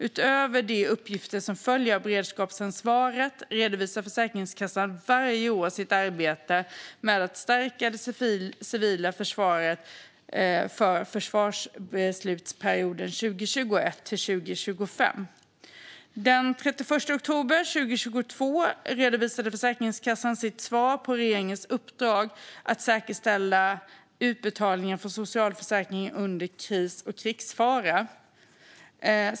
Utöver de uppgifter som följer av beredskapsansvaret redovisar Försäkringskassan varje år sitt arbete med att stärka det civila försvaret för försvarsbeslutsperioden 2021-2025. Den 31 oktober 2022 redovisade Försäkringskassan sitt svar på regeringens uppdrag att säkerställa utbetalningar från socialförsäkringen under krig och krigsfara.